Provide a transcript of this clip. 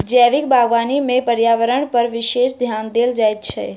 जैविक बागवानी मे पर्यावरणपर विशेष ध्यान देल जाइत छै